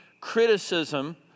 criticism